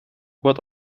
what